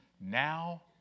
now